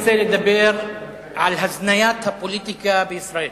על הזניית הפוליטיקה בישראל.